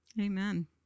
Amen